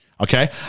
Okay